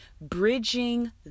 Bridging